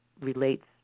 relates